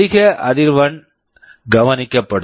அதிக அதிர்வெண் கவனிக்கப்படும்